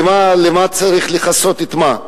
למה צריך לכסות את מה?